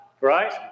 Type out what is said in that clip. right